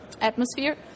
atmosphere